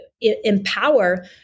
empower